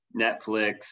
Netflix